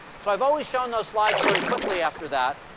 so i've always shown those slides very quickly after that,